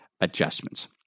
adjustments